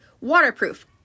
waterproof